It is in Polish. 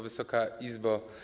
Wysoka Izbo!